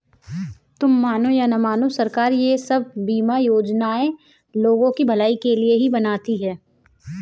तुम मानो या न मानो, सरकार ये सब बीमा योजनाएं लोगों की भलाई के लिए ही बनाती है